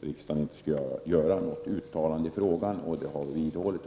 riksdagen inte skulle göra något uttalande i frågan. Denna ställning har vi vidhållit.